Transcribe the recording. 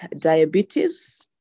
diabetes